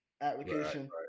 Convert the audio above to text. application